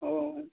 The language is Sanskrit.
ओ